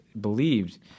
believed